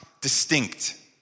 Distinct